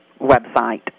website